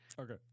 Okay